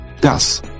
Das